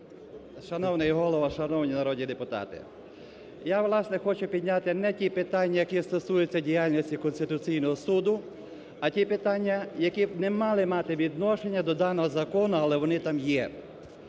Шановний Голово, шановні народні депутати, я, власне, хочу підняти не ті питання, які стосуються діяльності Конституційного Суду, а ті питання, які б не мали мати відношення до даного закону, але вони там є,